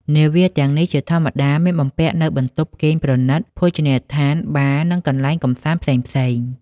នាវាទាំងនេះជាធម្មតាមានបំពាក់នូវបន្ទប់គេងប្រណិត ភោជនីយដ្ឋាន បារ និងកន្លែងកម្សាន្តផ្សេងៗ។